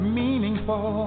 meaningful